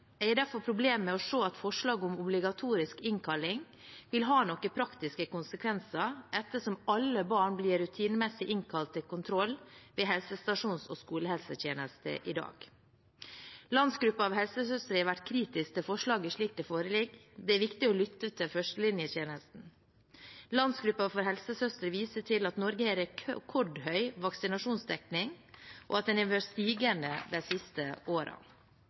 Jeg har derfor problemer med å se at forslaget om obligatorisk innkalling vil ha noen praktiske konsekvenser, ettersom alle barn blir rutinemessig innkalt til kontroll hos helsestasjons- og skolehelsetjenesten i dag. Landsgruppen av helsesøstre har vært kritisk til forslaget slik det foreligger. Det er viktig å lytte til førstelinjetjenesten. Landsgruppen av helsesøstre viser til at Norge har rekordhøy vaksinasjonsdekning, og at den har vært stigende de siste